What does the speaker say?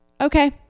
okay